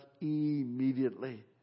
immediately